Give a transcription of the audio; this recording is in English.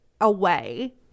away